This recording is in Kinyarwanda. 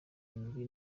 indwi